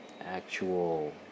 actual